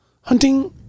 hunting